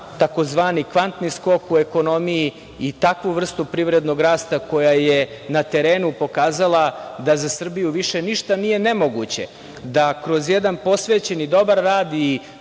tzv. kvantni skok u ekonomiji i takvu vrstu privrednog rasta koja je na terenu pokazala da za Srbiju više ništa nije nemoguće, da kroz jedan posvećen i dobar rad i